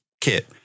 kit